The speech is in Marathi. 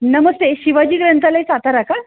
नमस्ते शिवाजी ग्रंथालय सातारा का